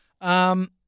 Um-